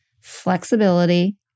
flexibility